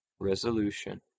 resolution